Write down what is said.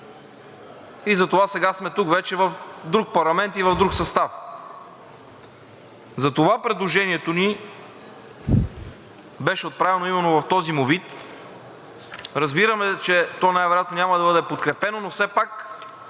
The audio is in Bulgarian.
и затова сега сме тук вече в друг парламент и в друг състав. Затова предложението ни беше отправено именно в този му вид. Разбираме, че то най-вероятно няма да бъде подкрепено, но все пак